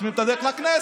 חוסמים את הדרך לכנסת.